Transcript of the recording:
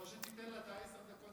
או שתיתן לה את העשר דקות,